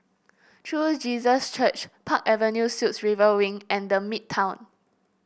True Jesus Church Park Avenue Suites River Wing and The Midtown